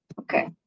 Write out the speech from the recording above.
okay